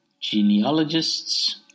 genealogists